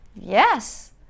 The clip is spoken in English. Yes